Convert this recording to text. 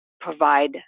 provide